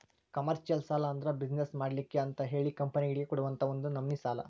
commercial ಸಾಲಾ ಅಂದ್ರ business ಮಾಡ್ಲಿಕ್ಕೆ ಅಂತಹೇಳಿ ಕಂಪನಿಗಳಿಗೆ ಕೊಡುವಂತಾ ಒಂದ ನಮ್ನಿ ಸಾಲಾ